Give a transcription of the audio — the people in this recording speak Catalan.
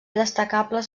destacables